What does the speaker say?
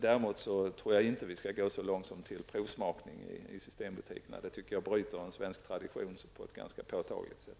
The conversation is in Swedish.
Däremot tror jag inte att vi skall gå så långt som till provsmakning i systembutikerna. Det tycker jag bryter en svensk tradition på ett ganska påtagligt sätt.